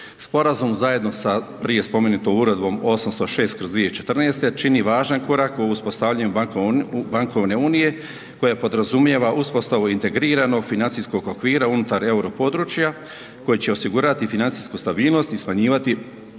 Sporazum zajedno sa prije spomenutom Uredbom 806/2014 čini važan korak u uspostavljanju Bankovne unije koja podrazumijeva uspostavu integriranog financijskog okvira unutar euro područja koji će osigurati financijsku stabilnost i smanjivati